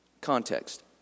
context